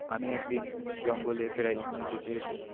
আমি একদিন জঙ্গলে প্রায় সময় যেতে যেতে